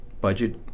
budget